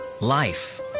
Life